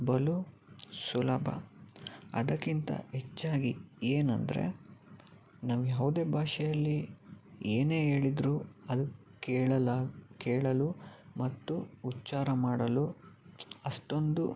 ಬಲು ಸುಲಭ ಅದಕ್ಕಿಂತ ಹೆಚ್ಚಾಗಿ ಏನಂದರೆ ನಾವು ಯಾವುದೇ ಭಾಷೆಯಲ್ಲಿ ಏನೇ ಹೇಳಿದ್ರು ಅದು ಕೇಳಲು ಕೇಳಲು ಮತ್ತು ಉಚ್ಚಾರ ಮಾಡಲು ಅಷ್ಟೊಂದು